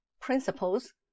principles